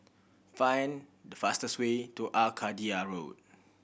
find the fastest way to Arcadia Road